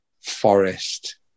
Forest